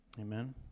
Amen